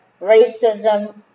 racism